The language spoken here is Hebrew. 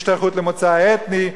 השתייכות למוצא אתני,